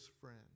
friend